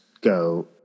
go